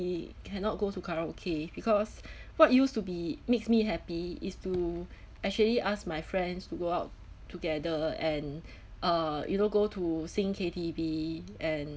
cannot go to karaoke because what used to be makes me happy is to actually ask my friends to go out together and uh you know go to sing K_T_V and